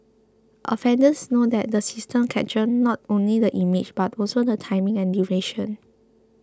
offenders know that the system captures not only the image but also the timing and duration